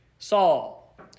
Saul